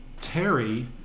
Terry